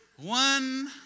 One